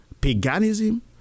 paganism